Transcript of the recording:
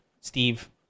Steve